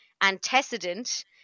antecedent